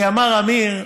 כי אמר עמיר,